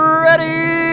ready